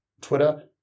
Twitter